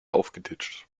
aufgeditscht